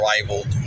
rivaled